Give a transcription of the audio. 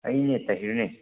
ꯑꯩꯅꯦ ꯇꯍꯤꯔꯅꯦ